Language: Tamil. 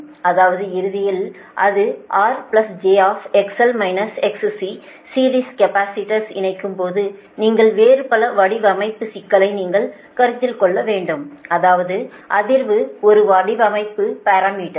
ஆனால் இறுதியில் அது R j சீரிஸ் கேபஸிடர்ஸை இணைக்கும்போது நீங்கள் வேறு பல வடிவமைப்பு சிக்கல்களை நீங்கள் கருத்தில் கொள்ள வேண்டும் அதாவது அதிர்வு ஒரு வடிவமைப்பு பாரமீட்டர்ஸ்